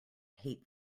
hate